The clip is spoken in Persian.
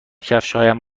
کفشهایم